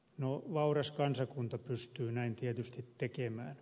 no vauras kansakunta pystyy näin tietysti tekemään